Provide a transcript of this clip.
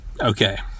Okay